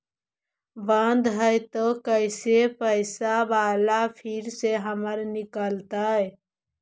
बन्द हैं त कैसे पैसा बाला फिर से हमर निकलतय?